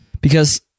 Because-